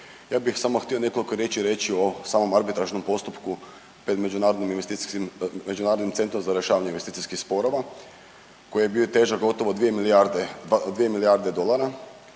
Ja bih samo htio nekoliko riječi reći o samom arbitražnom postupku pred Međunarodnim investicijskim, Međunarodnim centrom za rješavanje investicijskih sporova koji je bio težak gotovo 2 milijarde dolara,